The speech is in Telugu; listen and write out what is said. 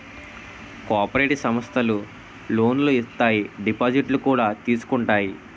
కోపరేటి సమస్థలు లోనులు ఇత్తాయి దిపాజిత్తులు కూడా తీసుకుంటాయి